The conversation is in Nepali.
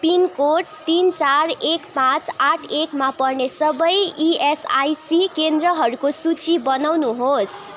पिनकोड तिन चार एक पाँच आठ एकमा पर्ने सबै इएसआइसी केन्द्रहरूको सूची बनाउनुहोस्